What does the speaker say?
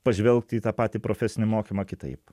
pažvelgt į tą patį profesinį mokymą kitaip